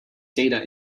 data